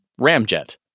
Ramjet